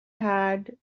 had